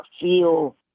feel